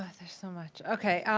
ah there's so much. okay,